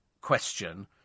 question